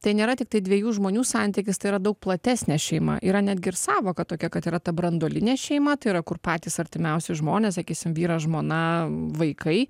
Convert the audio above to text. tai nėra tiktai dviejų žmonių santykis tai yra daug platesnė šeima yra netgi ir sąvoka tokia kad yra ta branduolinė šeima tai yra kur patys artimiausi žmonės sakysim vyras žmona vaikai